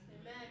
Amen